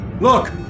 look